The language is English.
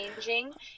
changing